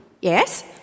Yes